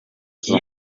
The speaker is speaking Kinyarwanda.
nzu